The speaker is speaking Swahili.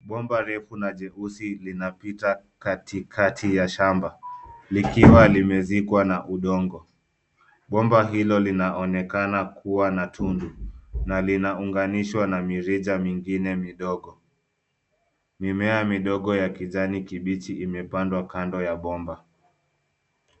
Bomba refu na jeusi linapita katikati ya shamba likiwa limezikwa na udongo. Bomba hilo linaonekana kuwa na tundu na linaunganishwa na mirija mingine midogo. Mimea midogo ya kijani kibichi imepandwa kando ya bomba.